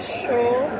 sure